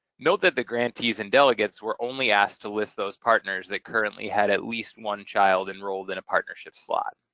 note that the grantees and delegates were only asked to list those partners that currently had at least one child enrolled in a partnership slot.